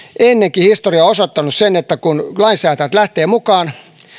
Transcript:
ennenkin historia on osoittanut sen että kun lainsäätäjät lähtevät mukaan